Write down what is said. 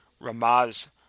Ramaz